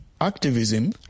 activism